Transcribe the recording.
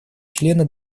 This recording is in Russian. члены